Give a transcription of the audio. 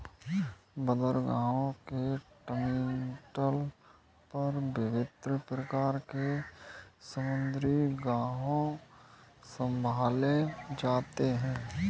बंदरगाहों के टर्मिनल पर विभिन्न प्रकार के समुद्री कार्गो संभाले जाते हैं